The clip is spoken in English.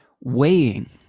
weighing